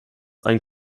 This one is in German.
einen